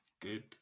Good